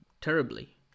terribly